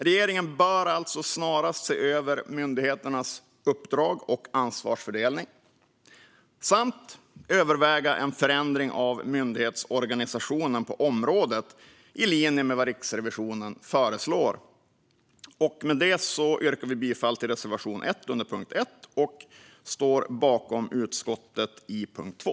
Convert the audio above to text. Regeringen bör alltså snarast se över myndigheternas uppdrag och ansvarsfördelning samt överväga en förändring av myndighetsorganisationen på området i linje med vad Riksrevisionen föreslår. Med det yrkar jag bifall till reservation 1 under punkt 1 och står bakom utskottets förslag i punkt 2.